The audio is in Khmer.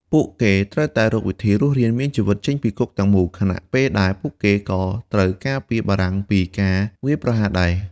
ពួកគេត្រូវតែរកវិធីរស់រានមានជីវិតចេញពីគុកទាំងមូល ខណៈពេលដែលពួកគេក៏ត្រូវការពារបារាំងពីការវាយប្រហារដែរ។